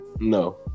no